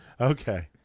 Okay